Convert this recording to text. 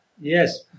Yes